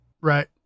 Right